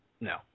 No